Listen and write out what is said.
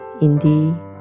Indeed